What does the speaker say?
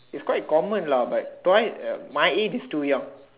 it's quite common lah but twice uh my age is too young